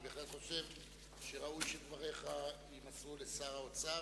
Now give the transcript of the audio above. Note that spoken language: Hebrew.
אני בהחלט חושב שראוי שדבריך יימסרו לשר האוצר,